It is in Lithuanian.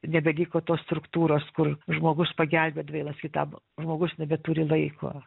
nebeliko tos struktūros kur žmogus pagelbėt vienas kitam žmogus nebeturi laiko